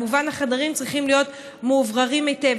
כמובן שהחדרים צריכים להיות מאווררים היטב.